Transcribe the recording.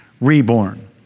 reborn